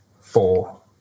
four